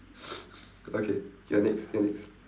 okay you're next you're next